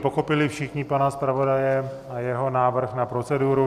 Pochopili všichni pana zpravodaje a jeho návrh na proceduru?